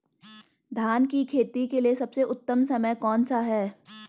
धान की खेती के लिए सबसे उत्तम समय कौनसा है?